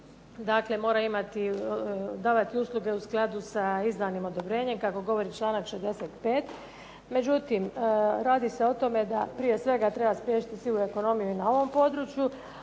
Dakle, mora imati, davati usluge u skladu sa izdanim odobrenjem kako govori članak 65. Međutim, radi se o tome da prije svega treba spriječiti sivu ekonomiju i na ovom području,